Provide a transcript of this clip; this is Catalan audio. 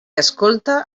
escolta